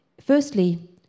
Firstly